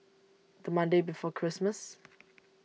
the Monday before Christmas